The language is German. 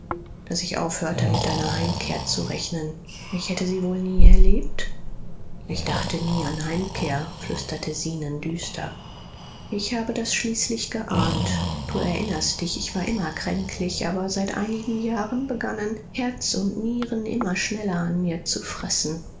daß ich aufhörte mit deiner heimkehr zu rechnen ich hätte sie wohl nie erlebt ich dachte nie an heimkehr flüsterte zenon düster ich habe das schließlich geahnt du erinnerst dich ich war immer kränklich aber seit einigen jahren begannen herz und nieren immer schneller an mir zu fressen